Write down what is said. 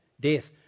death